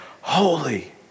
Holy